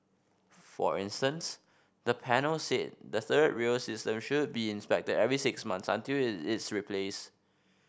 for instance the panel said the third rail system should be inspected every six months until it is replaced